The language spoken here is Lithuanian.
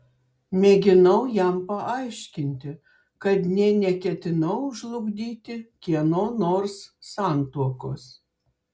mėginau jam paaiškinti kad nė neketinau žlugdyti kieno nors santuokos